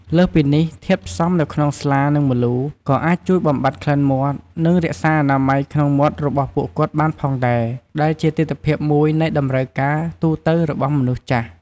លើសពីនេះ ធាតុផ្សំនៅក្នុងស្លា និងម្លូ ក៏អាចជួយបំបាត់ក្លិនមាត់ និងរក្សាអនាម័យក្នុងមាត់របស់ពួកគាត់បានផងដែរ ដែលជាទិដ្ឋភាពមួយនៃតម្រូវការទូទៅរបស់មនុស្សចាស់។